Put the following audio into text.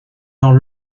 dans